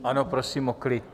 Ano, prosím o klid!